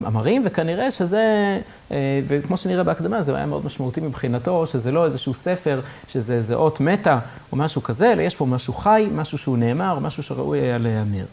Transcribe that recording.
מאמרים וכנראה שזה, וכמו שנראה בהקדמה, זה היה מאוד משמעותי מבחינתו, שזה לא איזשהו ספר, שזה איזה אות מתה או משהו כזה, אלא יש פה משהו חי, משהו שהוא נאמר, משהו שראוי היה להאמר.